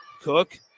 Cook